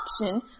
option